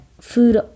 food